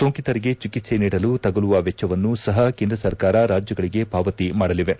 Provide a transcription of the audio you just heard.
ಸೋಂಕಿತರಿಗೆ ಚಿಕಿತ್ತೆ ನೀಡಲು ತಗುಲುವ ವೆಚ್ಚವನ್ನು ಸಹ ಕೇಂದ್ರ ಸರ್ಕಾರ ರಾಜ್ಲಗಳಿಗೆ ಪಾವತಿ ಮಾಡಲಿವೆ